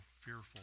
fearful